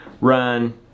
run